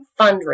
fundraising